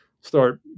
start